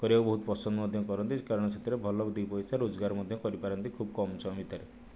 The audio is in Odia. କରିବାକୁ ବହୁତ ପସନ୍ଦ ମଧ୍ୟ କରନ୍ତି କାରଣ ସେଥିରେ ଭଲ ଦୁଇ ପଇସା ରୋଜଗାର ମଧ୍ୟ କରିପାରନ୍ତି ଖୁବ କମ ସମୟ ଭିତରେ